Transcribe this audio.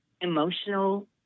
emotional